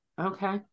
okay